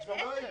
אין אצלנו.